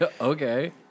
Okay